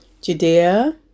Judea